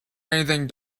anything